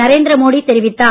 நரேந்திர மோடி தெரிவித்தார்